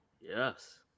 Yes